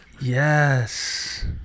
yes